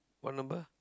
what number